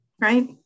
right